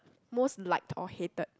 most liked or hated